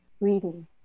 reading